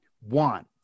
One